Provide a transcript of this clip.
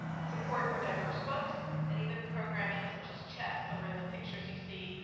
support for diverse books, and even programming such as chess or in the pictures you see,